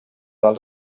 dels